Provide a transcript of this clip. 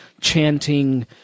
chanting